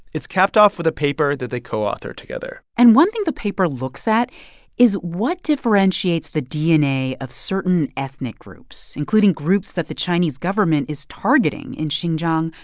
it's capped off with a paper that they co-authored together and one thing the paper looks at is what differentiates the dna of certain ethnic groups, including groups that the chinese government is targeting in xinjiang,